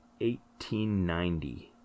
1890